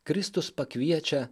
kristus pakviečia